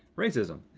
racism.